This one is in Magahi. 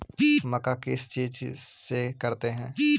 मक्का किस चीज से करते हैं?